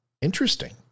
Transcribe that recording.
Interesting